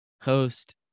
host